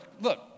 look